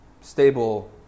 stable